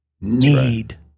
need